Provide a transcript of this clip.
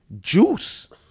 Juice